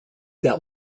that